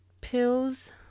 pills